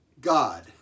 God